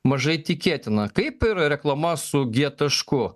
mažai tikėtina kaip ir reklama su g tašku